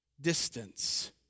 distance